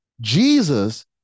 Jesus